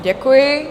Děkuji.